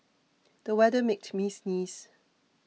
the weather made me sneeze